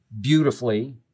beautifully